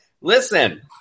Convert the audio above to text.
Listen